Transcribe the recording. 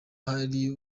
hari